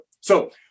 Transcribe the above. So-